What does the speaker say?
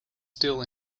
still